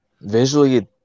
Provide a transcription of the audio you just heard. Visually